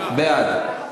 בעד.